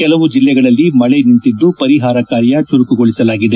ಕೆಲವು ಜಿಲ್ಲೆಗಳಲ್ಲಿ ಮಳೆ ನಿಂತಿದ್ದು ಪರಿಹಾರ ಕಾರ್ಯ ಚುರುಕುಗೊಳಿಸಲಾಗಿದೆ